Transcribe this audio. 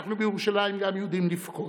אנחנו בירושלים גם יודעים לבכות,